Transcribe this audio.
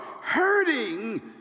hurting